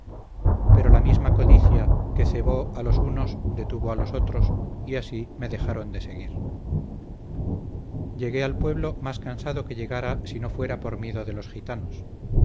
pero la misma codicia que cebó a los unos detuvo a los otros y así me dejaron de seguir llegué al pueblo más cansado que llegara si no fuera por miedo de los gitanos